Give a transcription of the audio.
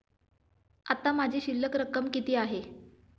आता माझी शिल्लक रक्कम किती आहे?